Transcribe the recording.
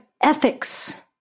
ethics